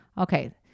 Okay